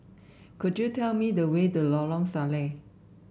could you tell me the way to Lorong Salleh